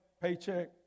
paycheck